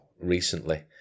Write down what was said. recently